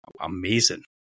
amazing